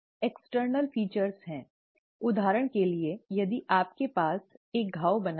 बाहरी विशेषताएं हैं उदाहरण के लिए यदि आपके पास एक घावबना है